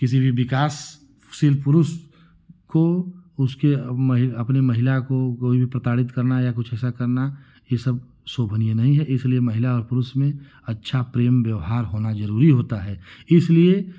किसी भी विकासशील पुरुष को उसके महि अपने महिला को कोई भी प्रताड़ित करना या कुछ ऐसा करना ये सब शोभनीय नहीं है इसलिए महिला और पुरुष में अच्छा प्रेम व्यवहार होना जरूरी होता है इसलिए